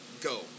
Go